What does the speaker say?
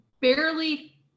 barely